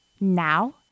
Now